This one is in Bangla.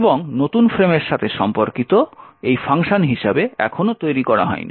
এবং নতুন ফ্রেমের সাথে সম্পর্কিত এই ফাংশন হিসাবে এখনও তৈরি করা হয়নি